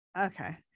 okay